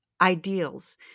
ideals